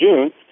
June